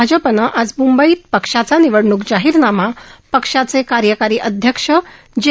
भाजपानं आज मुंबईत पक्षा निवडणूक जाहीरनामा पक्षाचे कार्यकारी अध्यक्ष जे